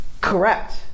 Correct